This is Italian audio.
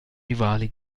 rivali